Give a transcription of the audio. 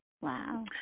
Wow